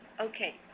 Okay